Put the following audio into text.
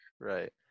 Right